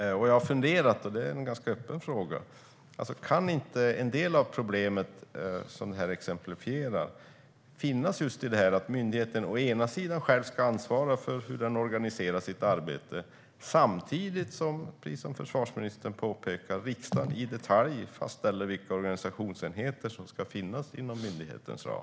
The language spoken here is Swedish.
Jag har funderat: Kan inte en del av problemet ligga i att myndigheten själv ansvarar för hur den ska organisera sitt arbete samtidigt som riksdagen i detalj fastställer vilka organisationsenheter som ska finnas inom myndighetens ram?